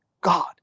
God